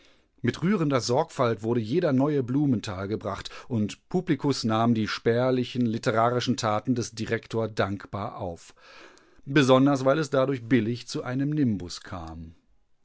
mit rührender sorgfalt wurde jeder neue blumenthal gebracht und publikus nahm die spärlichen litterarischen taten des direktor dankbar auf besonders weil es dadurch billig zu einem nimbus kam